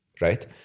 right